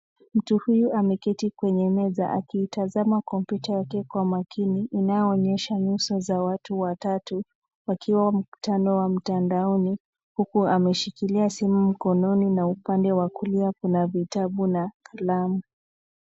Mtu huyu ameketi kwenye meza akiitazama kompyuta yake kwa makini inayoonyesha nyuso za watu watatu wakiwa mkutano wa mtandaoni, huku ameshikilia simu mkononi na upande wa kulia kuna vitabu na kalamu.